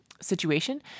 situation